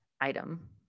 item